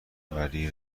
وری